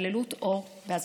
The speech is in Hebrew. בהתעללות או בהזנחה,